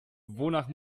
wonach